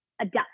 adapt